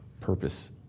purpose